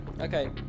Okay